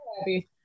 happy